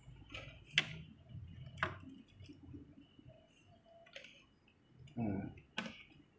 hmm